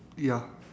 ya